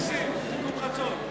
ההסתייגות לא נתקבלה.